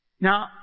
Now